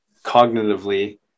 cognitively